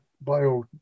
bio